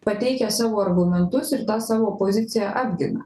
pateikia savo argumentus ir tą savo poziciją apgina